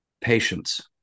patience